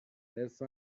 حرص